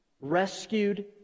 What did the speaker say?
rescued